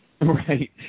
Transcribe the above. Right